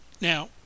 Now